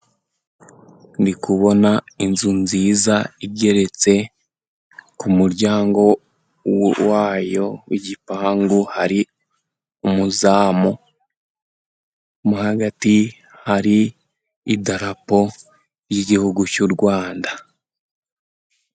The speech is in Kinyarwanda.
Ndi kubona inzu nziza igeretse, ku muryango wayo w'igipangu hari umuzamu. Mo hagati hari idarapo ry'igihugu cy'u Rwanda.